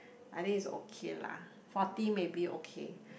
I think is okay lah forty maybe okay